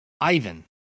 Ivan